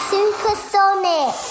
Supersonic